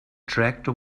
tractor